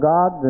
God